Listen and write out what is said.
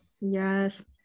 Yes